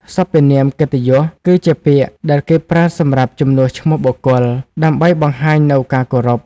សព្វនាមកិត្តិយស គឺជាពាក្យដែលគេប្រើសម្រាប់ជំនួសឈ្មោះបុគ្គល ដើម្បីបង្ហាញនូវការគោរព។